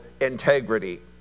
integrity